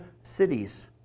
cities